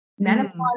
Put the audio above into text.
Menopause